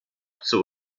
zur